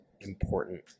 important